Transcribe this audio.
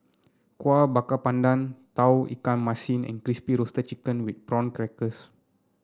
Kueh Bakar Pandan Tauge Ikan Masin and Crispy Roasted Chicken with Prawn Crackers